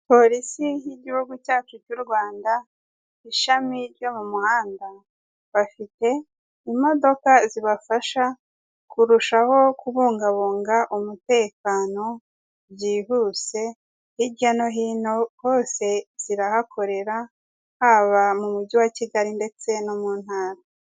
Polisi y'igihugu cyacu cy'u Rwanda ishami ryo mu muhanda bafite imodoka zibafasha kurushaho kubungabunga umutekano byihuse hirya no hino, hose zirahakorera haba mu mujyi wa Kigali ndetse no mu ntara.